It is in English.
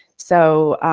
so,